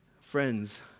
Friends